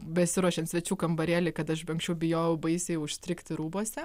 besiruošiant svečių kambarėlį kad aš be anksčiau bijojau baisiai užstrigti rūbuose